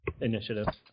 initiative